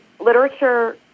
literature